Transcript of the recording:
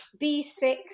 B6